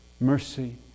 Mercy